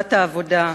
סיעת העבודה,